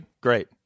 Great